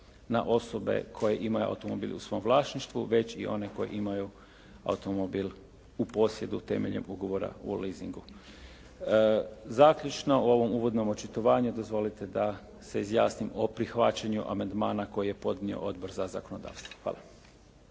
na osobe koje imaju automobile u svom vlasništvu, već i oni koji imaju automobil u posjedu, temeljem ugovora u lizingu. Zaključno, u ovom uvodnom očitovanju, dozvolite da se izjasnim o prihvaćanju amandmana koji je podnio Odbor za zakonodavstvo. Hvala.